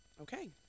Okay